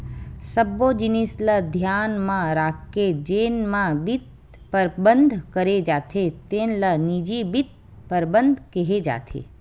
सब्बो जिनिस ल धियान म राखके जेन म बित्त परबंध करे जाथे तेन ल निजी बित्त परबंध केहे जाथे